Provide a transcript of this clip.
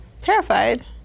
terrified